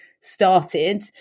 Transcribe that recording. started